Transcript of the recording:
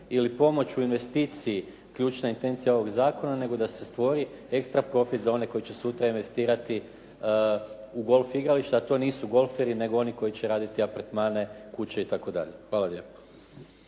ili pomoć u investiciji ključna intencija ovog zakona, nego da se stvori ekstra profit za one koji će sutra investirati u golf igrališta, a to nisu golferi nego oni koji će raditi apartmane, kuće itd. Hvala lijepo.